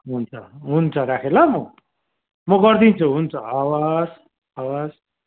हुन्छ हुन्छ राखेँ ल म म गरिदिन्छु हुन्छ हवस् हवस्